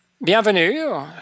Bienvenue